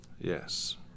Yes